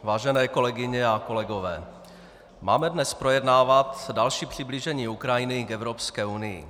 Vážené kolegyně a kolegové, máme dnes projednávat další přiblížení Ukrajiny k Evropské unii.